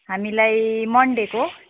हामीलाई मनडेको